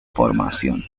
formación